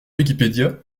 wikipedia